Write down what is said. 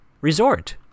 resort